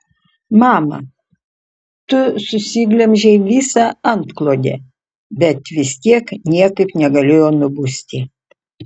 mama tu susiglemžei visą antklodę bet vis tiek niekaip negalėjo nubusti